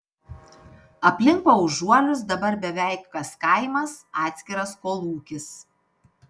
aplink paužuolius dabar beveik kas kaimas atskiras kolūkis